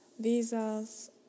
visas